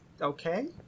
Okay